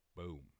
Boom